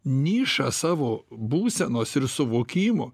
nišą savo būsenos ir suvokimo